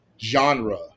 genre